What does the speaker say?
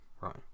right